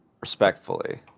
respectfully